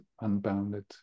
unbounded